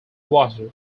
water